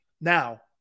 Now